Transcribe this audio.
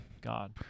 God